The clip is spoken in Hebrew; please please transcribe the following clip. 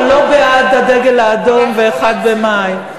אבל לא בעד הדגל האדום ו-1 במאי.